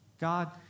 God